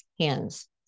hands